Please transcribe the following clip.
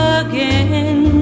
again